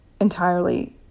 entirely